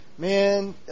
Man